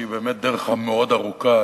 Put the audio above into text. שהיא באמת דרך מאוד ארוכה,